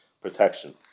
protection